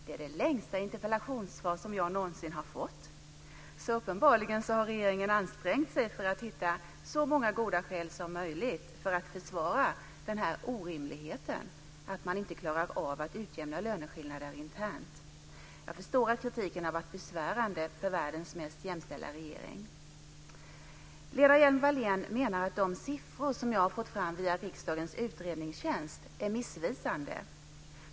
Det är det längsta interpellationssvar som jag någonsin har fått. Uppenbarligen har regeringen ansträngt sig för att hitta så många goda skäl som möjligt för att försvara orimligheten att man inte klarar av att utjämna löneskillnader internt. Jag förstår att kritiken har varit besvärande för världens mest jämställda regering. Lena Hjelm-Wallén menar att de siffror som jag har fått fram via riksdagens utredningstjänst är missvisande.